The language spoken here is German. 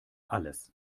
alles